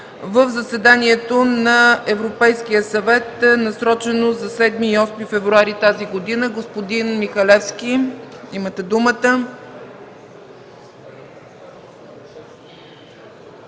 в заседанието на Европейския съвет, насрочено за 7 и 8 февруари тази година. Господин Михалевски, имате думата.